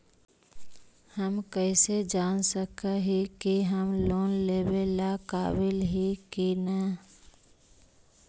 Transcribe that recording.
हम कईसे जान सक ही की हम लोन लेवेला काबिल ही की ना?